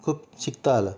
खूप शिकता आलं